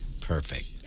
Perfect